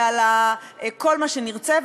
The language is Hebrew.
ועל כל מה שנרצה,